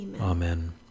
amen